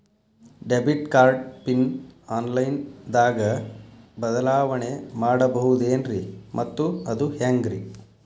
Debit card PIN online ದಾಗ ಬದಲಾವಣೆ ಮಾಡಬಹುದೇನ್ರಿ ಮತ್ತು ಅದು ಹೆಂಗ್ರಿ?